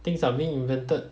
things are being invented